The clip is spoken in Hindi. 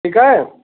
ठीक है